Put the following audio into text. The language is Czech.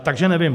Takže nevím.